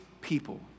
people